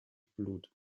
blut